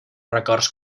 records